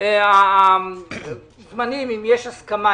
אם יש הסכמה,